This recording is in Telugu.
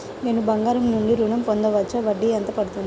నేను బంగారం నుండి ఋణం పొందవచ్చా? వడ్డీ ఎంత పడుతుంది?